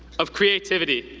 of creativity,